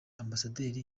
ambasaderi